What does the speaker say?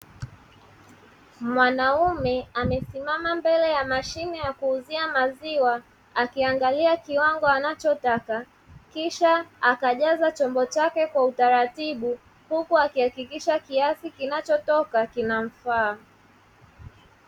Mwanaume Amesimama mbele ya mashine ya kuuzia maziwa akiangalia kiwango anachotaka kisha akajaza chombo chake kwa utaratibu huku akihakikisha kiasi kinachotoka kinamfaa